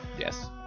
Yes